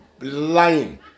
lying